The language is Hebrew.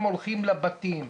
הם הולכים לבתים,